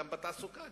גם בתעסוקה,